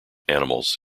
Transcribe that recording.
animals